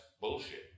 bullshit